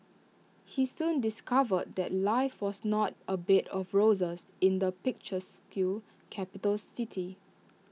he soon discovered that life was not A bed of roses in the picturesque capital city